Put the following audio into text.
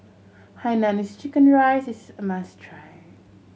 hainanese chicken rice is a must try